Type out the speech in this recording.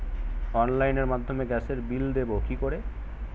অনলাইনের মাধ্যমে গ্যাসের বিল দেবো কি করে?